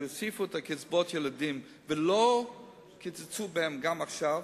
שהוסיפו את קצבאות הילדים ולא קיצצו בהן גם עכשיו,